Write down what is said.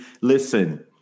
listen